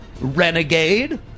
renegade